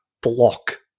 block